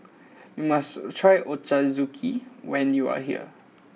you must try Ochazuke when you are here